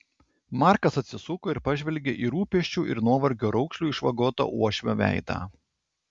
markas atsisuko ir pažvelgė į rūpesčių ir nuovargio raukšlių išvagotą uošvio veidą